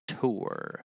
tour